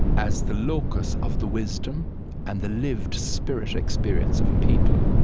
as the locus of the wisdom and the lived spirit experience of a people,